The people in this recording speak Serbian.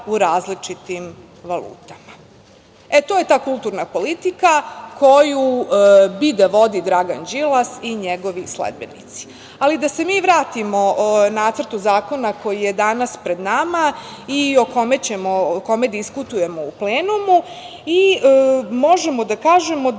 u različitim valutama. E, to je ta kulturna politika koju bi da vodi Dragan Đilas i njegovi sledbenici. Ali, da se mi vratimo nacrtu zakona koji je danas pred nama i o kome diskutujemo u plenumu i možemo da kažemo da